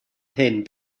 hyn